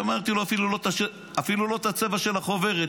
אמרתי לו: אפילו לא את הצבע של החוברת,